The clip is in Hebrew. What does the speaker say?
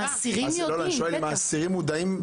האסירים מודעים.